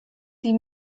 die